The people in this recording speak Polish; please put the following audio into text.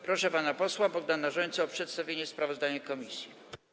Proszę pana posła Bogdana Rzońcę o przedstawienie sprawozdania komisji.